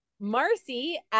Marcy